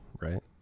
right